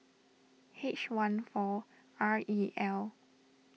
H one four R E L